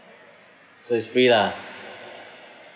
so it's free lah